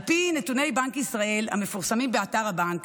על פי נתוני בנק ישראל המפורסמים באתר הבנק